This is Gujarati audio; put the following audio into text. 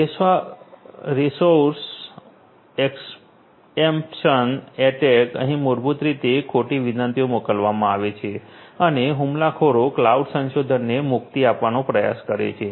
રેસોઉર્સ એક્સએમ્પ્શન અટેક અહીં મૂળભૂત રીતે ખોટી વિનંતીઓ મોકલવામાં આવે છે અને હુમલાખોર ક્લાઉડ સંસાધનોને મુક્તિ આપવાનો પ્રયાસ કરે છે